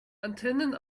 antennen